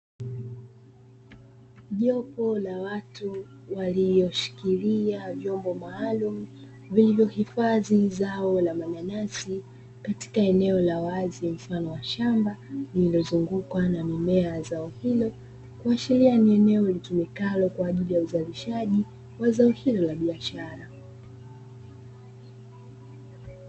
Jopo la watu walioshikiria vyombo maalumu, vilivyohifadhi zao la mananasi katika eneo la wazi mfano wa shamba, lililozungukwa na mimea ya zao hilo, kuashiria ni eneo litumikalo kwa ajili ya uzalishaji wa zao hilo la biashara.